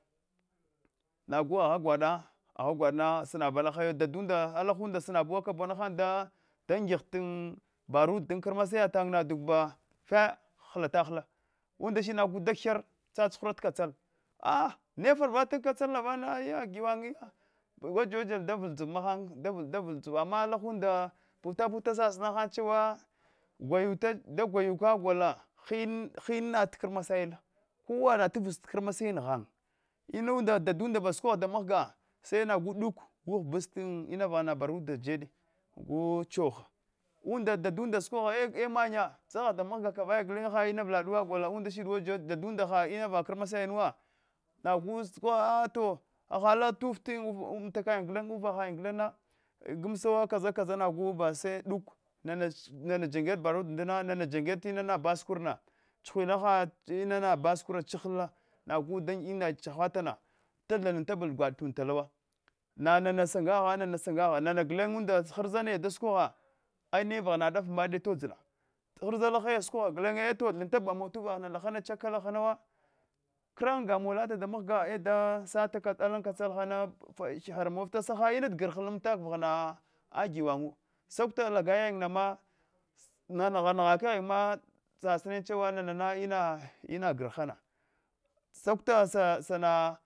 Nagu agha gwada agha gwada na snab alahaya dadunda alahunda snabuwa kabuna han da ngigh barudu duba fe hatatahal unda shidna gig ghir tzatsu hura katsala a nefara vitaa ana katsalana vana ada gi wanye waja waja davl dziva mahan waja wajal davl dziv mahan ama alahunda puta puta sasina chewa gwayuta da gwayuta gol hin- hinnat krmasa kawa natvz krmasayin ghan inunda daduunda ba sukogh damghgha sena dik broghbast inavaghen baruda jede gu choh e mannya dzagha damgha ka navaga gulen ha ina avla duwa gola unda shida dadunda ha invava krmasal yin inuwa nagh sukoghe a to hahad alanda tuf amtakayin uvahanyi gulen gmsawa kaza kaza nagh base duk nana chi jangyed barunda ahdina nana janghad tinana baskurna chughuvla ha inana baskurna chihla nagh dan ina chahatalna tavlan tatval dzatu unda tala wa nana sanga gha nana sangagha nana gulen unda ghrza sukogho aimhi vaghan a mbade todzila ghiza alahaya sukogho eto thinta mbayin tu uvahana lahana chika lalanuwa kran gol lata mun damfga e da sata alan katsala hana gyara mawaftahan saha inunda y grha amatak va gwanwu sakuta laga nayin nana na nghakaghyin sinai chewa nana ina grhana sakuta sana sa kor